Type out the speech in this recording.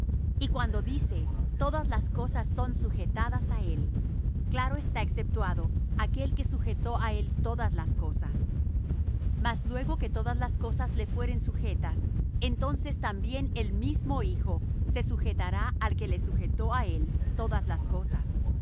y cuando dice todas las cosas son sujetadas á él claro está exceptuado aquel que sujetó á él todas las cosas mas luego que todas las cosas le fueren sujetas entonces también el mismo hijo se sujetará al que le sujetó á él todas las cosas